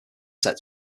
set